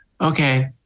Okay